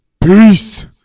Peace